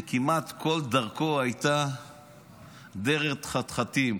וכמעט כל דרכו הייתה דרך חתחתים.